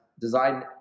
design